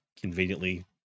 conveniently